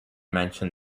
mention